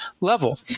level